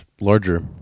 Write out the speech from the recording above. larger